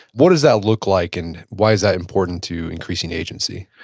what does that look like and why is that important to increasing agency?